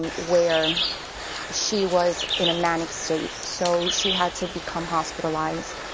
and where she was in a manic state, so she had to become hospitalized.